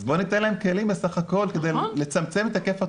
אז בואו ניתן להם כלים בסך הכל כדי לצמצם את היקף התופעה.